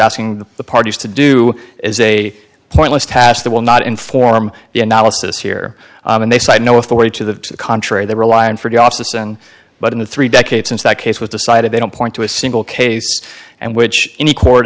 asking the parties to do is a pointless task that will not inform the analysis here and they cite no authority to the contrary they rely on for dobson but in the three decades since that case was decided they don't point to a single case and which any court